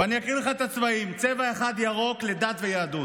ואני אקריא לך את הצבעים: צבע ירוק לדת ויהדות,